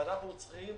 ואנחנו צריכים